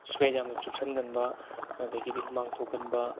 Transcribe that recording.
sweat ꯌꯥꯝꯅ ꯆꯨꯞꯁꯤꯟꯒꯟꯕ ꯑꯗꯒꯤꯗꯤ ꯍꯨꯃꯥꯡ ꯊꯣꯛꯀꯟꯕ